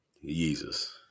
Jesus